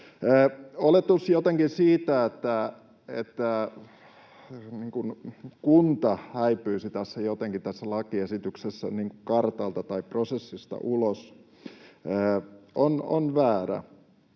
Oletus siitä, että kunta jotenkin häipyisi tässä lakiesityksessä kartalta tai prosessista ulos, on väärä.